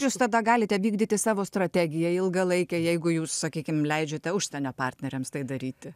jūs tada galite vykdyti savo strategiją ilgalaikę jeigu jūs sakykim leidžiate užsienio partneriams tai daryti